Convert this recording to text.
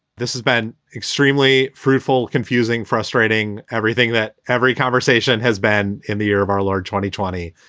this has been extremely fruitful, confusing, frustrating everything that every conversation has been in the year of our lord twenty, twenty.